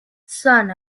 son